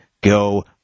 Go